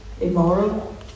immoral